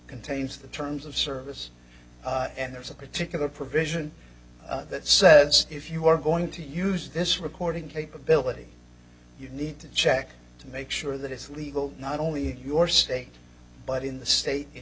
contains the terms of service and there's a particular provision that says if you are going to use this recording capability you need to check to make sure that it's legal not only your state but in the state in